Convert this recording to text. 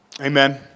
Amen